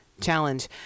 challenge